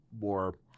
more